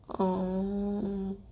oh